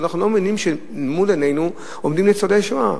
אנחנו לא מבינים שמול עינינו עומדים ניצולי השואה.